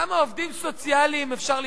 כמה עובדים סוציאליים אפשר לשכור,